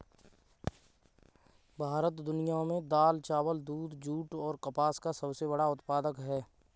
भारत दुनिया में दाल, चावल, दूध, जूट और कपास का सबसे बड़ा उत्पादक है